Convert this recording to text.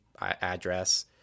address